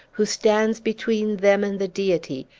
who stands between them and the deity,